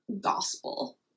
gospel